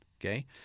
Okay